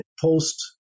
post